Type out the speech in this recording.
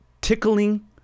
tickling